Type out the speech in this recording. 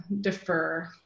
defer